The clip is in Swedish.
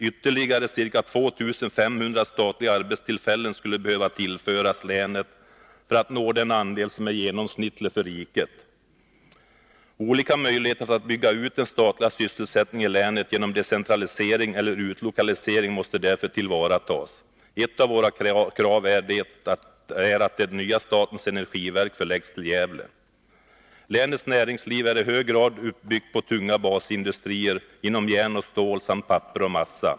Ytterligare ca 2 500 statliga arbetstillfällen skulle behöva tillföras länet för att detta skall nå den andel som är genomsnittlig för riket. Olika möjligheter för att bygga ut den statliga sysselsättningen i länet genom decentralisering eller utlokalisering måste därför tillvaratas. Ett av våra krav är att det nya statens energiverk förläggs till Gävle. Länets näringsliv är i hög grad uppbyggt på tunga basindustrier som utgår från järn och stål samt papper och massa.